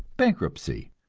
bankruptcy.